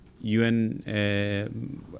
UN